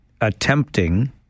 attempting